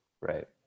Right